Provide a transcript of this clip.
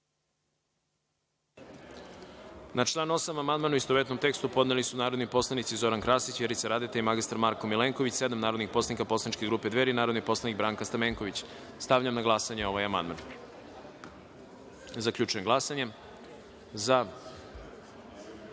član 25. amandman, u istovetnom tekstu, podneli su narodni poslanici Zoran Krasić, Vjerica Radeta i Momčilo Mandić, sa ispravkom, sedam narodnih poslanika poslaničke grupe Dveri i narodni poslanik Branka Stamenković. Stavljam na glasanje ovaj amandman. Zaključujem glasanje: